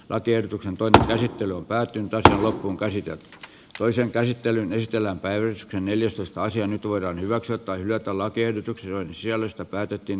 lakiehdotuksen toinen käsittely on päättynyt ajalla kun kai sitä toisen käsittelyn estellä päivystää neljästoista sija nyt voidaan hyväksyä tai hylätä lakiehdotukset joiden sisällöstä päätettiin